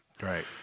Right